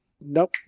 nope